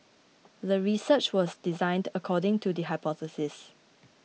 the research was designed according to the hypothesis